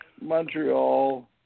Montreal